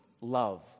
love